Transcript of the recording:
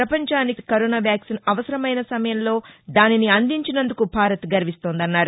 పపంచానికి corona టీకా అవసరమైన సమయంలో దానిని అందించినందుకు భారత్ గర్విస్తోందన్నారు